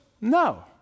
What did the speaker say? No